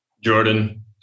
Jordan